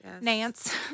Nance